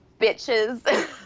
bitches